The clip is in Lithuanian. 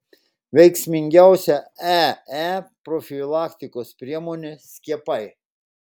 veiksmingiausia ee profilaktikos priemonė skiepai